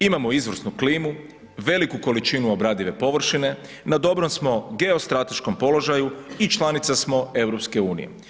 Imamo izvrsnu klimu, veliki količinu obradive površine, na dobrom smo geostrateškom položaju i članica smo EU.